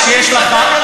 לא נורא.